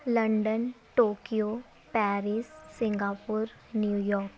London Tokyo Paris Singapore New York